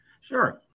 Sure